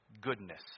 goodness